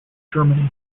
germany